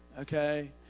okay